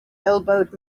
elbowed